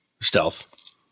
stealth